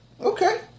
Okay